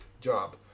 job